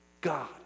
God